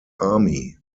army